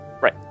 Right